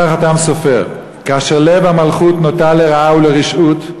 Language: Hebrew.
אומר החת"ם סופר: כאשר לב המלכות נוטה לרעה ולרשעות,